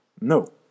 No